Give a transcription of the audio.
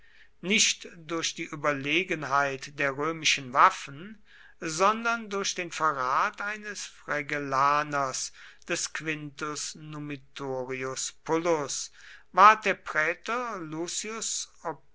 nicht durch die überlegenheit der römischen waffen sondern durch den verrat eines fregellaners des quintus numitorius pullus ward der prätor lucius